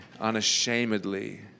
unashamedly